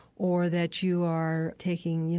or that you are taking, you